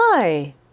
Hi